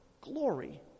glory